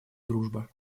дружба